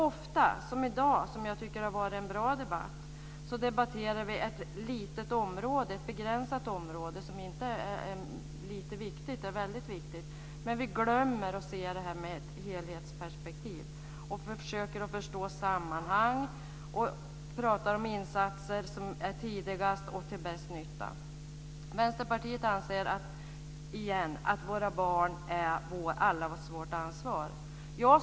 Jag tycker att det har varit en bra debatt i dag. Ofta debatterar vi ett litet begränsat område som är väldigt viktigt, och vi glömmer att se helheten. Vi försöker förstå sammanhang och pratar om tidiga insatser som är till bäst nytta. Vänsterpartiet anser att våra barn är allas vårt ansvar.